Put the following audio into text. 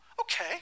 Okay